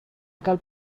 cal